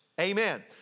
Amen